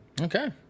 okay